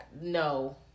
no